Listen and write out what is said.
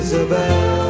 Isabel